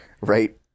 Right